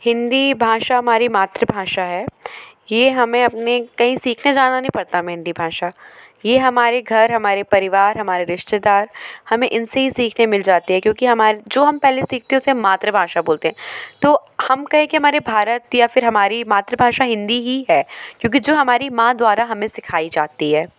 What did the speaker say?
हिन्दी भाषा हमारी मातृ भाषा है ये हमे अपनी कहीं सीखने जाना नही पड़ता हमें हिन्दी भाषा ये हमारे घर हमारे परिवार हमारे रिश्तेदार हमें इनसे ही सीखने मिल जाते हैं क्योंकि हमारे जो हम पहले सीखते है उसे हम मातृ भाषा बोलते हैं तो हम कहे कि हमारे भारत या फिर हमारी मातृ भाषा हिन्दी ही है क्योंकि जी हमारी माँ द्वारा हमें सिखाई जाती है